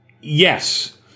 yes